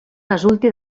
resulti